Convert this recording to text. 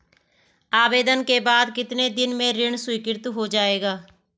आवेदन के बाद कितने दिन में ऋण स्वीकृत हो जाएगा?